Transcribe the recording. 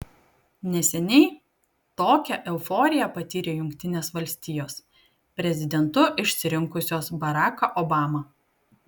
neseniai tokią euforiją patyrė jungtinės valstijos prezidentu išsirinkusios baracką obamą